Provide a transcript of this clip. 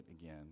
again